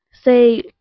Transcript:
say